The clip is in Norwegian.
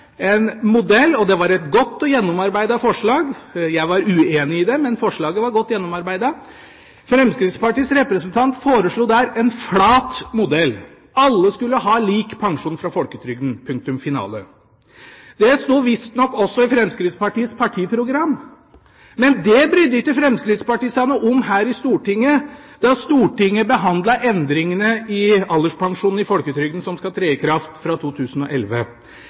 en flat modell – og det var et godt gjennomarbeidet forslag; jeg var uenig i det, men forslaget var godt gjennomarbeidet: Alle skulle ha lik pensjon fra folketrygden, punktum finale. Det sto visstnok også i Fremskrittspartiets partiprogram. Men det brydde ikke Fremskrittspartiet seg noe om her i Stortinget da Stortinget behandlet endringene i alderspensjonen i folketrygden, som skal tre i kraft fra 2011.